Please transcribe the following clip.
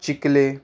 चिकले